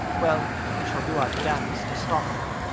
well, we shall do our damnedest to stop you.